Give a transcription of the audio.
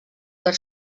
per